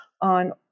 on